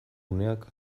uneak